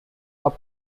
cup